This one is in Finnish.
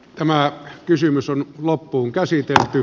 tämä kysymys on loppuunkäsitelty